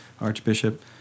archbishop